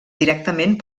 directament